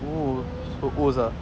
oh so O's ah